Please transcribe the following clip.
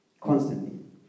Constantly